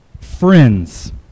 friends